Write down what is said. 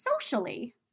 socially